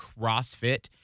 CrossFit